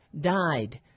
died